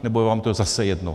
Nebo je vám to zase jedno?